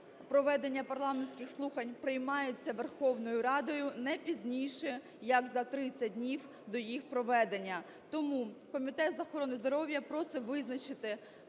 проведення парламентських слухань приймаються Верховною Радою не пізніше, як за 30 днів до їх проведення. Тому Комітет з охорони здоров'я просить визначити